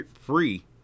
free